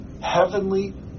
heavenly